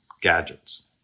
gadgets